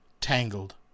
Tangled